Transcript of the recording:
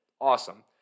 awesome